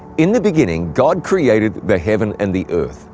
in the beginning god created the heaven and the earth,